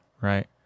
right